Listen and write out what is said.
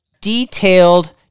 detailed